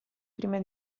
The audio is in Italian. prima